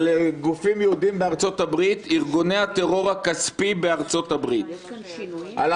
על גופים יהודיים בארצות הברית "ארגון הטרור הכספי בארצות הברית"; על